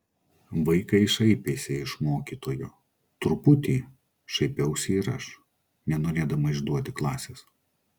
vaikai šaipėsi iš mokytojo truputį šaipiausi ir aš nenorėdama išduoti klasės